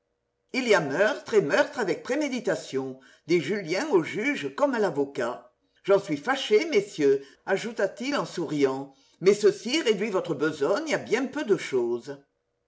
il y a meurtre et meurtre avec préméditation dit julien au juge comme à l'avocat j'en suis fâché messieurs ajouta-t-il en souriant mais ceci réduit votre besogne à bien peu de chose